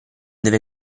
deve